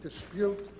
dispute